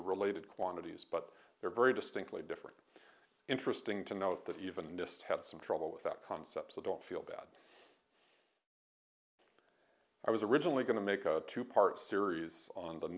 are related quantities but they're very distinctly different interesting to note that even just had some trouble with that concept so don't feel bad i was originally going to make a two part series on the